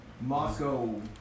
Moscow